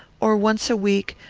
or once a week,